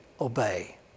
obey